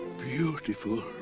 beautiful